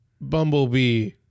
Bumblebee